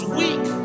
weak